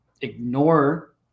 ignore